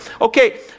Okay